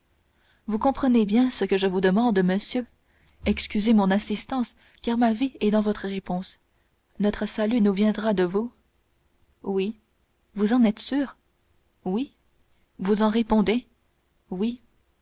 vous comprenez bien ce que je vous demande monsieur excusez mon insistance car ma vie est dans votre réponse notre salut nous viendra de vous oui vous en êtes sûr oui vous en répondez oui